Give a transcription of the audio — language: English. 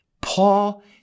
Paul